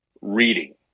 reading